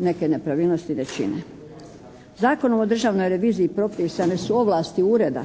neke nepravilnosti ne čine. Zakonom o državnoj reviziji propisane su ovlasti ureda